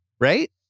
Right